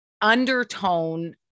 undertone